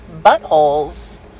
buttholes